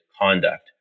conduct